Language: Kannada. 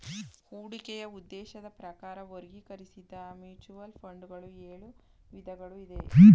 ಹೂಡಿಕೆಯ ಉದ್ದೇಶದ ಪ್ರಕಾರ ವರ್ಗೀಕರಿಸಿದ್ದ ಮ್ಯೂಚುವಲ್ ಫಂಡ್ ಗಳು ಎಳು ವಿಧಗಳು ಇದೆ